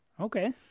Okay